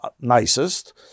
nicest